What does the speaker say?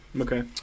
Okay